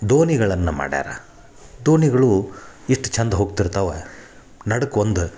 ದೋಣಿಗಳನ್ನ ಮಾಡ್ಯಾರ ದೋಣಿಗಳೂ ಎಷ್ಟು ಚಂದ ಹೋಗ್ತಿರ್ತವೆ ನಡ್ಕೊಂಡ್